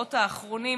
בשבועות האחרונים,